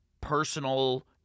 personal